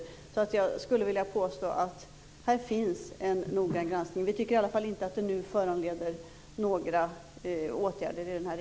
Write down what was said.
Jag skulle därför vilja påstå att här sker en noggrann granskning. Vi tycker i alla fall inte att den nu föranleder några åtgärder.